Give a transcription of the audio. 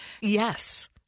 Yes